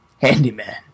handyman